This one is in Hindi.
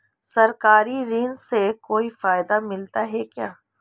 सरकारी ऋण से कोई फायदा मिलता है क्या?